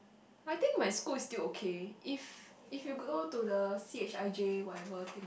I think my school is still okay if if you go to the C_H_I_J whatever thing